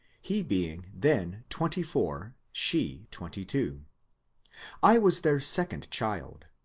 he being then twenty-four, she twenty-two. i was their second child.